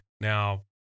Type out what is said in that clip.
Now